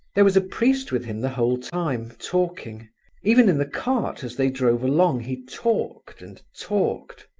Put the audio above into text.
there was a priest with him the whole time, talking even in the cart as they drove along, he talked and talked.